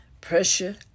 Pressure